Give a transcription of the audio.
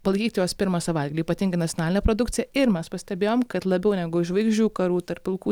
palaikyt juos pirmą savaitgalį ypatingai nacionalinę produkciją ir mes pastebėjom kad labiau negu žvaigždžių karų tarp pilkų